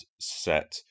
set